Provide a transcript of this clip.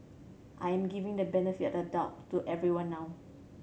I'm giving the benefit of the doubt to everyone now